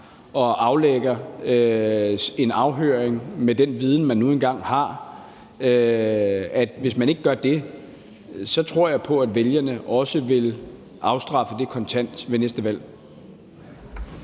og aflægger en erklæring med den viden, man nu engang har, og man ikke gør det, så vil vælgerne også straffe det kontant ved næste valg.